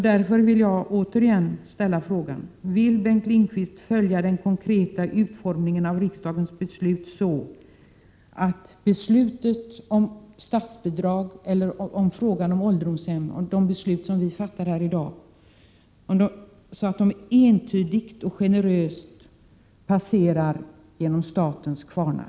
Därför vill jag återigen ställa frågan: Vill Bengt Lindqvist följa den konkreta utformningen av de beslut som riksdagen kommer att fatta här i dag om statsbidrag och om ålderdomshemmen så, att de entydigt och generöst passerar genom statens kvarnar?